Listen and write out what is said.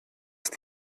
ist